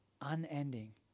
unending